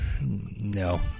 No